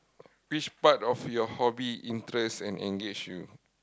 which part of your hobby interest and engage you